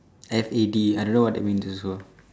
F A D I don't know what that mean also